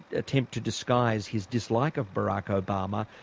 attempt to disguise his dislike of barack obama,